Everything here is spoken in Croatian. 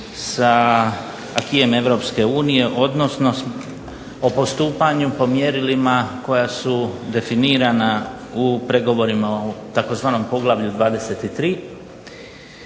sa acquisom Europske unije odnosno o postupanju po mjerilima koja su definirana u pregovorima o tzv. Poglavlju 23.